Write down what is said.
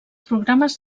programes